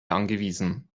angewiesen